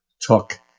took